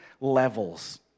levels